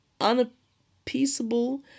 unappeasable